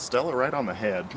stella right on the head